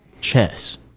Chess